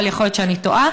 אבל יכול להיות שאני טועה.